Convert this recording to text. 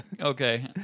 Okay